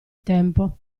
tempo